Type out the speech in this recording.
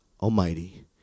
Almighty